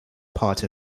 part